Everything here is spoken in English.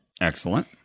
Excellent